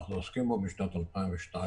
אנחנו עוסקים בו משנת 2002,